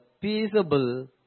peaceable